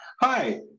Hi